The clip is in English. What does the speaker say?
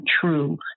true